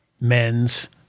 men's